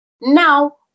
Now